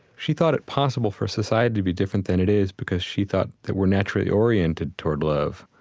she thought it possible for society to be different than it is because she thought that we're naturally oriented toward love.